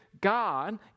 God